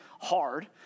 hard